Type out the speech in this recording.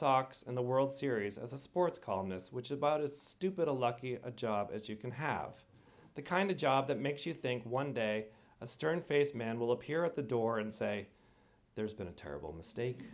sox and the world series as a sports columnist which is about as stupid a lucky a job as you can have the kind of job that makes you think one day a stern faced man will appear at the door and say there's been a terrible mistake